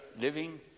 living